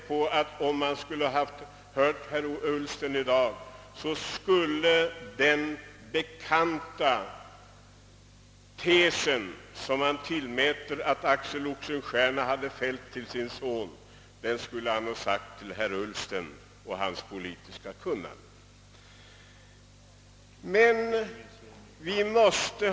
Om Axel Oxenstierna hade hört herr Ulsten i dag skulle han säkerligen om herr Ullsten och dennes politiska kunnande ha använt dessa bekanta ord. Vi måste emellertid ha pengar för att kunna göra något.